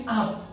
up